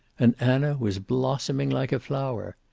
and anna was blossoming like a flower.